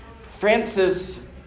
Francis